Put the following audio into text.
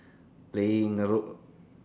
playing the rope